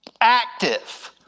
active